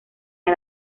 del